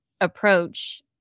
approach